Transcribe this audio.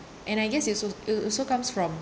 and I guess it's so it's also comes from